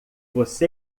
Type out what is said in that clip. você